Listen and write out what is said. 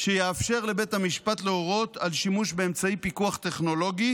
שיאפשר לבית המשפט להורות על שימוש באמצעי פיקוח טכנולוגי